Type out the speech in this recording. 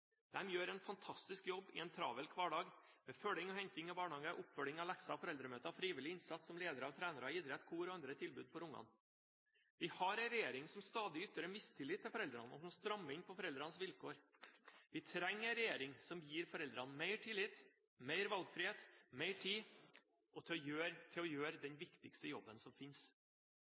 gjør en fantastisk jobb i en travel hverdag, med følging og henting i barnehage, oppfølging av lekser og foreldremøter, frivillig innsats som ledere og trenere i idrett, kor og andre tilbud for ungene. Vi har en regjering som stadig ytrer mistillit til foreldrene, og som strammer inn på foreldrenes vilkår. Vi trenger en regjering som gir foreldrene mer tillit, mer valgfrihet og mer tid til å gjøre den viktigste jobben som finnes.